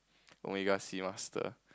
omega sea master